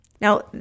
Now